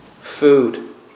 food